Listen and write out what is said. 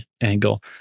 angle